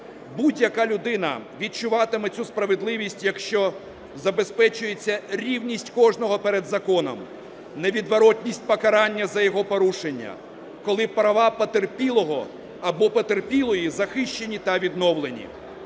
Будь-яка людина відчуватиме цю справедливість, якщо забезпечується рівність кожного перед законом, невідворотність покарання за його порушення, коли права потерпілого або потерпілої захищені та відновлені.